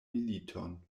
militon